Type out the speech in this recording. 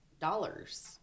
dollars